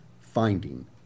finding